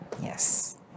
Yes